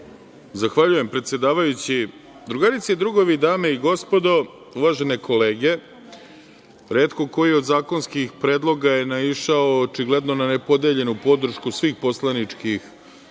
Zahvaljujem, predsedavajući. Drugarice i drugovi, dame i gospodo, uvažene kolege, retko koji od zakonskih predloga je naišao očigledno na nepodeljenu podršku svih poslaničkih